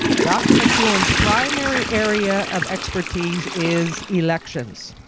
dr. mccuan primary area of expertise is elections.